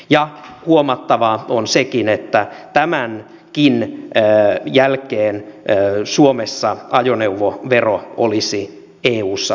ja huomattava on sekin että tämänkin jälkeen suomessa ajoneuvovero olisi eussa keskitasoa